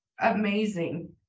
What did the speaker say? amazing